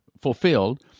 fulfilled